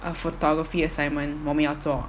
a photography assignment 我们要做